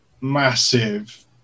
massive